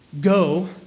go